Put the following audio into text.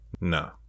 No